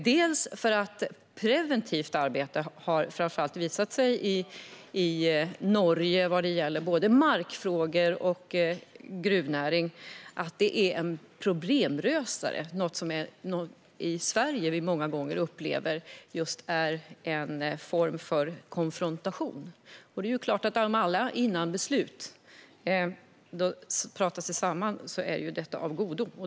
I Norge har preventivt arbete i frågor om mark och gruvnäring visat sig vara en problemlösare så att det inte, som många gånger i Sverige, blir en konfrontation. Att alla pratar sig samman inför ett beslut är givetvis av godo.